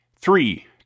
Three